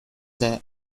their